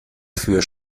für